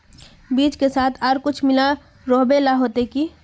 बीज के साथ आर कुछ मिला रोहबे ला होते की?